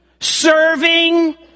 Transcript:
serving